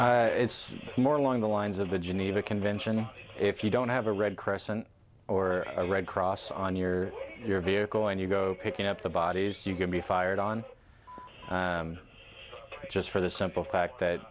have it's more along the lines of the geneva convention if you don't have a red crescent or a red cross on your your vehicle and you go picking up the bodies you can be fired on just for the simple fact that